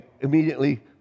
Immediately